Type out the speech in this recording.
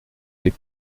des